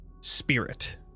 spirit